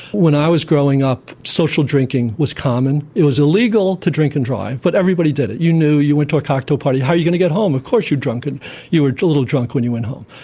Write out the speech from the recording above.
when i was growing up, social drinking was common. it was illegal to drink and drive but everybody did it. you knew you went to a cocktail party, how are you going to get home, of course you'd drink and you were a little drunk when you went home.